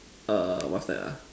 err what's that ah